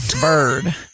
bird